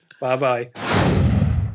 Bye-bye